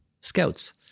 scouts